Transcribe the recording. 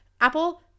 Apple